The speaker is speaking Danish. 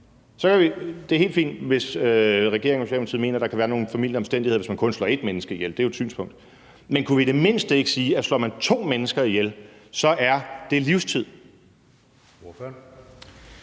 Det er helt fint, hvis regeringen og Socialdemokratiet mener, der kan være nogle formildende omstændigheder, hvis man kun slår ét menneske ihjel. Det er jo et synspunkt. Men kunne vi i det mindste ikke sige, at slår man to mennesker ihjel, så er det livstid?